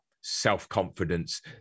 self-confidence